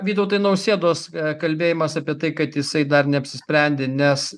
vytautai nausėdos kalbėjimas apie tai kad jisai dar neapsisprendė nes